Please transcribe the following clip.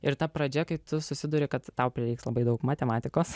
ir ta pradžia kai tu susiduri kad tau prireiks labai daug matematikos